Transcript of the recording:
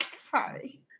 sorry